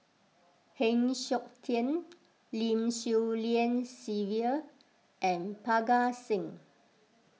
Heng Siok Tian Lim Swee Lian Sylvia and Parga Singh